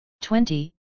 Twenty